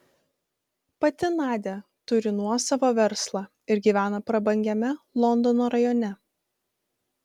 pati nadia turi nuosavą verslą ir gyvena prabangiame londono rajone